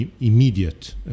immediate